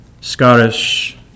Scottish